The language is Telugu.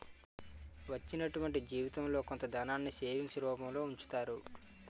వచ్చినటువంటి జీవితంలో కొంత ధనాన్ని సేవింగ్స్ రూపంలో ఉంచుతారు